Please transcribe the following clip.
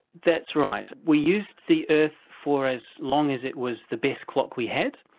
that's right. we used the earth for as long as it was the best clock we had.